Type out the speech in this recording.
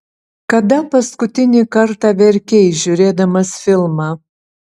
kada paskutinį kartą verkei žiūrėdamas filmą